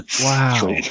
Wow